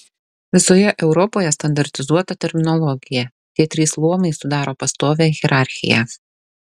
visoje europoje standartizuota terminologija tie trys luomai sudaro pastovią hierarchiją